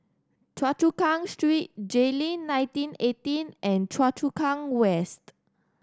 Choa Chu Kang Street Jayleen nineteen eighteen and Choa Chu Kang West